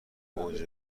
اوج